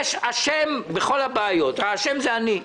האשם בכל הבעיות זה אני.